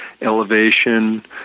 elevation